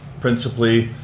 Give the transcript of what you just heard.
principally,